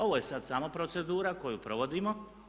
Ovo je sad samo procedura koju provodimo.